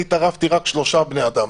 אני טרפתי רק שלושה בני אדם.